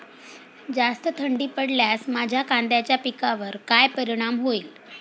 जास्त थंडी पडल्यास माझ्या कांद्याच्या पिकावर काय परिणाम होईल?